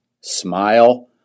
smile